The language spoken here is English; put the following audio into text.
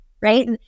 Right